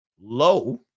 low